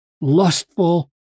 lustful